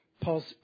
Paul